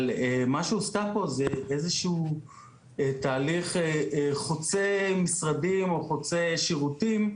אבל מה שה --- זה איזה שהוא תהליך חוצה משרדים או חוצה שירותים,